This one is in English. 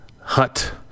hut